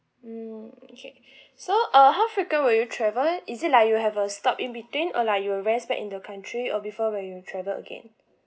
mm okay so uh how frequent will you travel is it like you have a stop in between or like you rest back in the country or before when you travel again